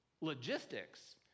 logistics